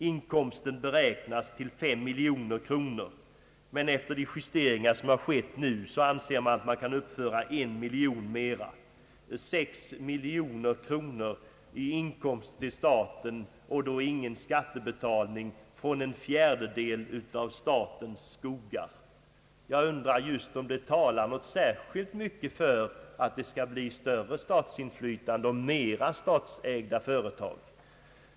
Inkomsten beräknas till 5 miljoner kronor om året, men efter de justeringar som nu har skett anser man att en miljon kronor ytterligare kan föras upp. Det betyder 6 miljoner kronor i inkomster för staten, utan skattebetalning, från en fjärdedel av Sveriges skogar. Jag undrar om det talar för att det skall bli ett större statsinflytande och flera statsägda företag.